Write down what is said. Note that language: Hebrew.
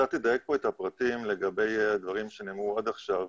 לאפשר באמת אחידות,